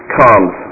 comes